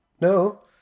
No